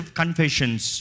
confessions